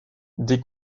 des